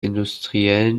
industriellen